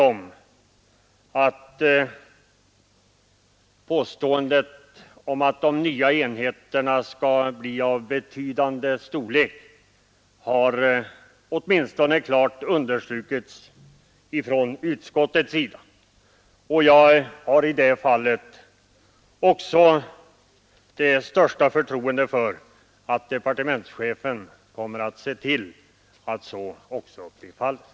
Den skapade klarhet om utskottets önskan i det avseendet att önskemålet att de nya enheterna skall bli — som det någonstans sagts — av betydande storlek. Jag har det största förtroende för departementschefen och är övertygad om att han kommer att se till att så blir fallet.